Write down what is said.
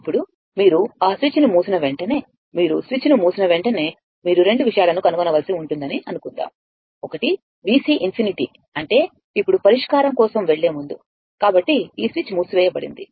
ఇప్పుడు మీరు ఆ స్విచ్ ని మూసిన వెంటనే మీరు స్విచ్ ని మూసిన వెంటనే మీరు రెండు విషయాలను కనుగొనవలసి ఉంటుందని అనుకుందాం ఒకటి VC∞ అంటే ఇప్పుడు పరిష్కారం కోసం వెళ్ళే ముందు కాబట్టి ఈ స్విచ్ మూసివేయబడింది